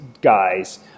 guys